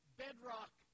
bedrock